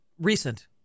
recent